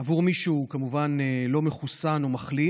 עבור מי שלא מחוסן או מחלים,